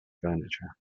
furniture